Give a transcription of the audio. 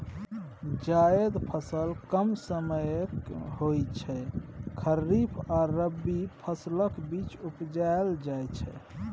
जाएद फसल कम समयक होइ छै खरीफ आ रबी फसलक बीच उपजाएल जाइ छै